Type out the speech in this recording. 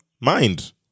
mind